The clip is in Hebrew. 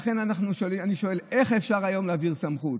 לכן אני שואל: איך אפשר היום להעביר סמכות?